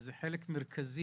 וזה חלק מרכזי